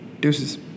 Deuces